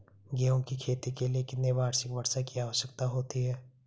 गेहूँ की खेती के लिए कितनी वार्षिक वर्षा की आवश्यकता होती है?